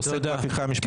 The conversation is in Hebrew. הוא עוסק בהפיכה המשפטית.